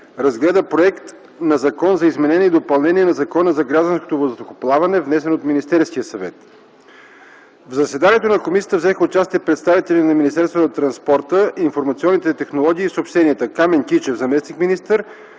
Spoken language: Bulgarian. разгледа Законопроект за изменение и допълнение на Закона за гражданското въздухоплаване, внесен от Министерския съвет. В заседанието на комисията взеха участие представители на Министерството на транспорта, информационните технологии и съобщенията – Камен Кичев – заместник-министър,